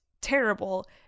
terrible